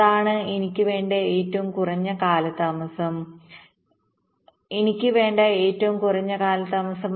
അതാണ് എനിക്ക് വേണ്ട ഏറ്റവും കുറഞ്ഞ കാലതാമസം എനിക്ക് വേണ്ട ഏറ്റവും കുറഞ്ഞ കാലതാമസം